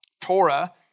Torah